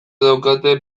daukate